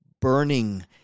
burning